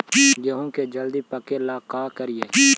गेहूं के जल्दी पके ल का करियै?